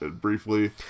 briefly